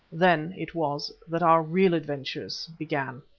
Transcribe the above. then it was that our real adventures began.